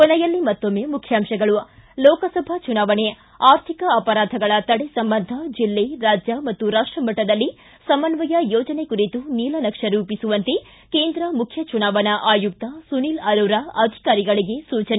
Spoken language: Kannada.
ಕೊನೆಯಲ್ಲಿ ಮತ್ತೊಮ್ಮೆ ಮುಖ್ಯಾಂಶಗಳು ಲೋಕಸಭಾ ಚುನಾವಣೆ ಆರ್ಥಿಕ ಅಪರಾಧಗಳ ತಡೆ ಸಂಬಂಧ ಜಿಲ್ಲೆ ರಾಜ್ಡ ಮತ್ತು ರಾಷ್ಟಮಟ್ಟದಲ್ಲಿ ಸಮನ್ವಯ ಯೋಜನೆ ಕುರಿತು ನಿಲನಕ್ಷೆ ರೂಪಿಸುವಂತೆ ಮುಖ್ಯ ಚುನಾವಣಾ ಆಯುಕ್ತ ಸುನೀಲ್ ಅರೋರಾ ಅಧಿಕಾರಿಗಳಿಗೆ ಸೂಚನೆ